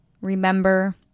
remember